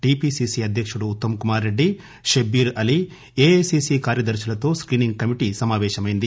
TPCC అధ్యకుడు Uttam Kumar Reddy Shabbir Ali AICC కార్యదర్శులతో screening committee సమాపేశమైంది